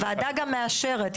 הוועדה גם מאשרת.